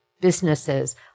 businesses